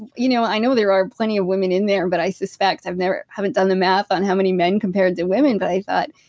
you know i know there are plenty of women in there. but i suspect, i haven't done the math on how many men compared to women, but i thought,